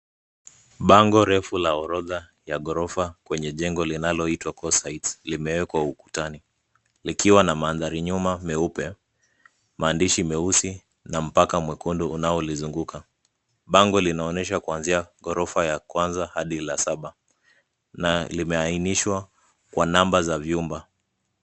Bango refu la orodha ya ghorofa kwenye jengo linaloitwa, kose heights, limewekwa ukutani likiwa na mandhari nyuma meupe, maandishi meusi na mpaka mwekundu unaolizunguka. Bango linaonyesha kuanzia ghorofa ya kwanza hadi la saba na limeainishwa kwa namba za vyumba.